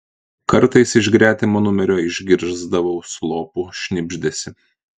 kartais iš gretimo numerio išgirsdavau slopų šnibždesį